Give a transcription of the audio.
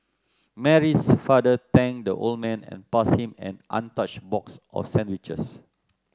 Mary's father thanked the old man and passed him an untouched box of sandwiches